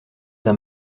d’un